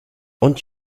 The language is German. und